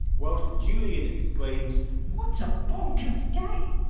whilst julian exclaims what a bonkers game!